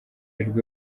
rwe